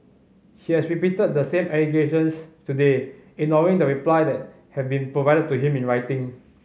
he has repeated the same allegations today ignoring the reply that have been provided to him in writing